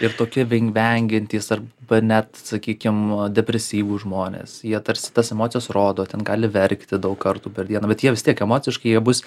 ir tokie veng vengiantys arba net sakykim depresyvūs žmonės jie tarsi tas emocijas rodo ten gali verkti daug kartų per dieną bet jie vis tiek emociškai jie bus